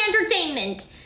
entertainment